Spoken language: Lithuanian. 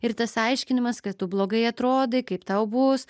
ir tas aiškinimas kad tu blogai atrodai kaip tau bus